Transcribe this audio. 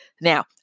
Now